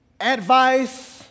advice